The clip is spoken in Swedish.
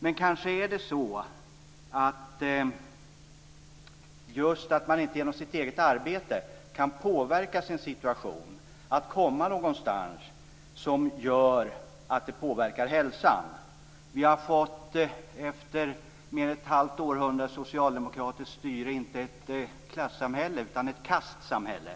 Man kan inte genom eget arbete påverka sin situation. Man kan inte komma någonstans så att hälsan påverkas. Vi har efter mer än ett halvt århundrade av socialdemokratiskt styre inte ett klassamhälle utan ett kastsamhälle.